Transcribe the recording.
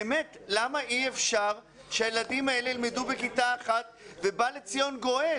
באמת למה אי אפשר שהילדים האלה ילמדו בכיתה אחת ובא לציון גואל?